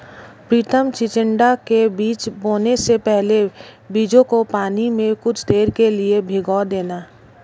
प्रितम चिचिण्डा के बीज बोने से पहले बीजों को पानी में कुछ देर के लिए भिगो देना